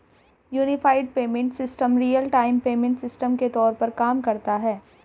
unified payment system real time payment system के तौर पर काम करता है